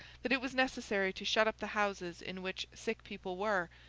that it was necessary to shut up the houses in which sick people were,